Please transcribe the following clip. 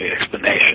explanation